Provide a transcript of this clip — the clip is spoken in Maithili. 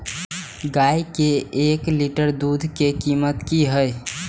गाय के एक लीटर दूध के कीमत की हय?